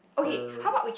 uh